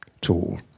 tool